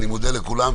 אני מודה לכולם.